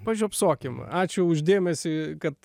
pažiopsokim ačiū už dėmesį kad